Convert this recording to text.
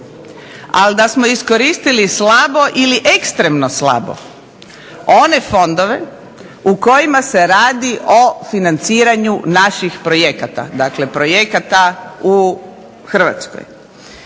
Ali, da smo iskoristili slabo ili ekstremno slabo one fondove u kojima se radi o financiranju naših projekata. Dakle, projekata u Hrvatskoj.